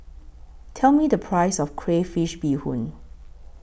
Tell Me The Price of Crayfish Beehoon